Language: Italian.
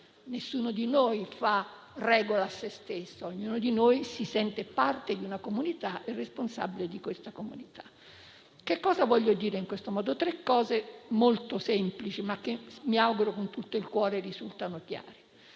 Nessuno di noi fa regola a se stesso; ognuno di noi si sente parte di una comunità ed è responsabile di quella stessa comunità. Che cosa voglio dire con questo? Tre cose molto semplici, ma mi auguro con tutto il cuore che risultino chiare.